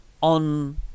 on